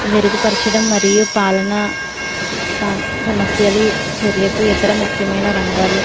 మెరుగుపరచడం మరియు పాలన స సమస్యలు చర్యకు ఇతర ముఖ్యమైన రంగాలు